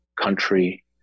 country